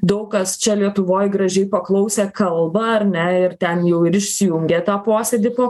daug kas čia lietuvoj gražiai paklausė kalbą ar ne ir ten jau ir išsijungė tą posėdį po